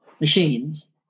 machines